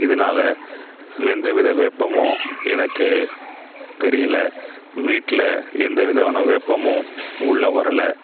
இதனால் எந்த வித வெப்பமும் எனக்கு தெரியல வீட்டில் எந்த விதமான வெப்பமும் உள்ளே வரலை